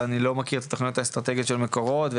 ואני לא מכיר את התחנות האסטרטגיות של מקורות.